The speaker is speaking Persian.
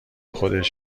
خودش